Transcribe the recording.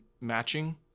matching